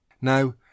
Now